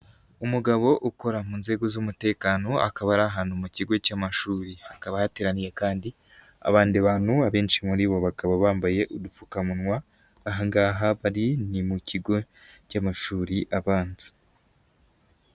Umugabo ukora mu nzego z'umutekano akaba ari ahantu mu kigo cy'amashuri, hakaba hateraniye kandi abandi bantu abenshi muri bo bakaba bambaye udupfukamunwa, aha ngaha bari ni mu kigo cy'amashuri abanza.